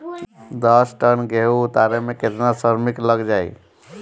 दस टन गेहूं उतारे में केतना श्रमिक लग जाई?